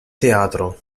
teatro